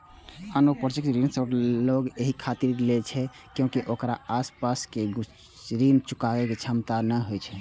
अनौपचारिक ऋण लोग एहि खातिर लै छै कियैकि ओकरा पास ऋण चुकाबै के क्षमता नै होइ छै